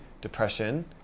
depression